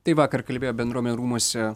taip vakar kalbėjo bendruomenių rūmuose